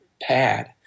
pad